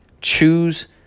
choose